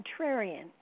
contrarian